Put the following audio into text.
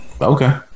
Okay